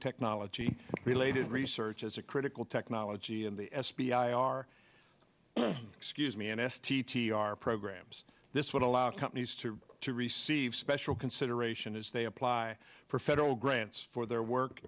nanotechnology related research as a critical technology in the s p r excuse me n s t t r programs this would allow companies to to receive special consideration as they apply for federal grants for their work